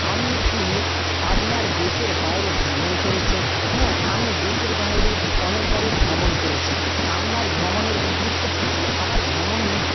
আমনি কি আপনার দেশের বাইরে ভ্রমণ করেছেন হ্যাঁ আমি দেশের বাইরে অনেকবারই ভ্রমণ করেছি আপনার ভ্রমণের উদ্দেশ্য কি ছিল আমার ভ্রমণের